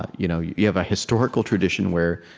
ah you know you you have a historical tradition where,